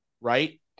right